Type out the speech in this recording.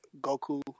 Goku